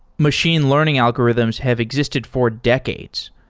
machine learning algorithms have existed for decades.